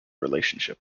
relationship